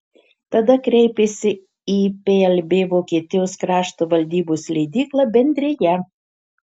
tada kreipėsi į plb vokietijos krašto valdybos leidyklą bendrija